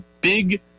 big